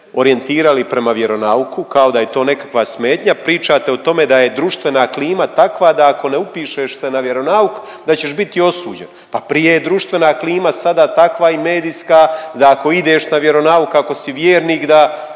orijentirali prema vjeronauku, kao da je to nekakva smetnja. Pričate o tome da je društvena klima takva da ako ne upišeš se na vjeronauk, da ćeš biti osuđen. Pa prije ne društvena klima sada takva i medijska da ako ideš na vjeronauk, ako si vjernik da